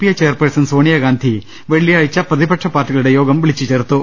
P A chairperson Sonia Gandhi വെള്ളിയാഴ്ച പ്രതിപക്ഷ പാർട്ടിക ദ്ദ ളുടെ യോഗം വിളിച്ചു ചേർത്തു